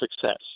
success